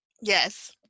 Yes